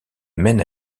mène